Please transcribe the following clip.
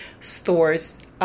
stores